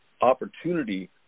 opportunity